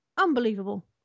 Unbelievable